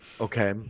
Okay